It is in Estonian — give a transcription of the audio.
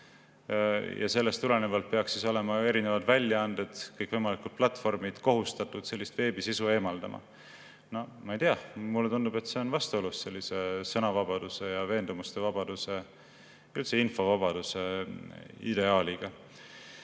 Ja sellest tulenevalt peaksid olema erinevad väljaanded, kõikvõimalikud platvormid kohustatud sellist veebisisu eemaldama. No ma ei tea, mulle tundub, et see on vastuolus sõnavabaduse ja veendumuste vabaduse, üldse infovabaduse ideaaliga.